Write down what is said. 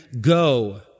go